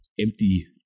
empty